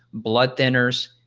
blood thinners,